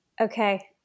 Okay